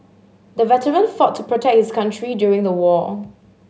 the veteran fought to protect his country during the war